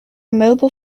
mobile